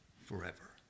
forever